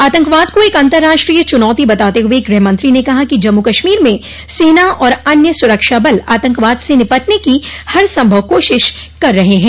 आतंकवाद को एक अंतर्राष्ट्रीय चुनौती बताते हुए गृहमंत्री ने कहा कि जम्मू कश्मोर में सेना और अन्य सुरक्षाबल आतंकवाद से निपटने की हरसंभव कोशिश कर रहे हैं